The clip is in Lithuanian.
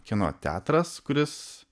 kino teatras kuris